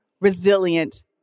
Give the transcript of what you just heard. resilient